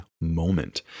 moment